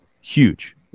huge